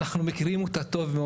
אנחנו מכירים אותה טוב מאוד.